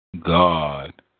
God